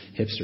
hipster